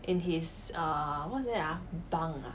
in his err what's that ah bunk ah